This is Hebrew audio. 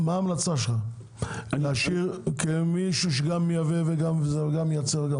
מה ההמלצה שלך כמישהו שגם מייבא וגם מייצר?